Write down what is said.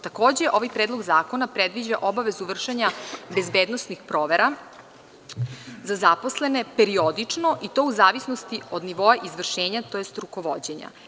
Takođe, ovaj Predlog zakona predviđa obavezu vršenja bezbednosnih provera za zaposlene periodično, i to u zavisnosti od nivoa izvršenja, tj. rukovođenja.